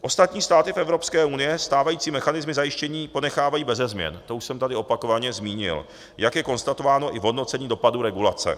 Ostatní státy Evropské unie stávající mechanismy zajištění ponechávají beze změn, to už jsem tady opakovaně zmínil, jak je konstatováno i v hodnocení dopadu regulace.